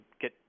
get